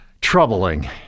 troubling